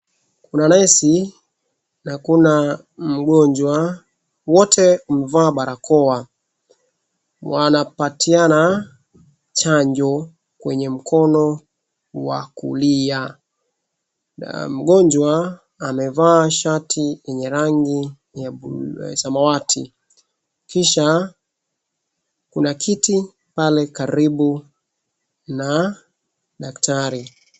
Kuna nesi, na kuna mgonjwa, wote wamevaa barakoa. Wanapatiana chanjo, kwenye mkono wa kulia, na mgonjwa amevaa shati yenye rangi ya samawati, kisha kuna kiti pale karibu na daktari.